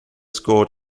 scored